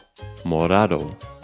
Morado